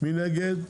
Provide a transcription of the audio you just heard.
מי נגד?